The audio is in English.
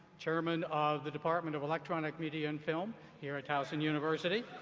chairman of the department of electronic media and film here at towson university.